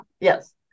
Yes